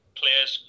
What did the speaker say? players